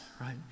right